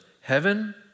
heaven